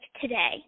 today